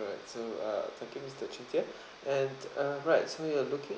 alright so uh thank you mister qing jian and uh right so you're looking